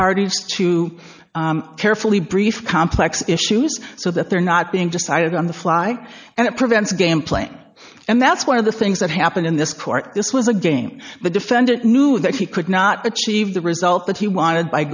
parties to carefully brief complex issues so that they're not being decided on the fly and it prevents game playing and that's one of the things that happened in this court this was a game the defendant knew that he could not achieve the result that he wanted by